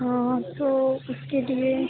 हाँ तो उसके लिये